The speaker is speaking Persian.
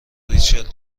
ریچل